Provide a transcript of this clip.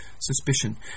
suspicion